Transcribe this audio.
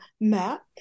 map